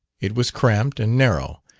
it was cramped and narrow,